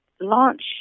launch